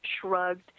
shrugged